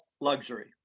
luxury